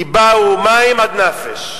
"כי באו מים עד נפש".